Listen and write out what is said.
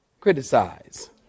criticize